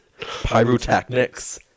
pyrotechnics